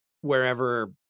wherever